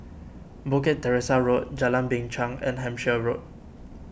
Bukit Teresa Road Jalan Binchang and Hampshire Road